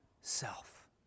self